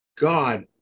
God